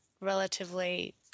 relatively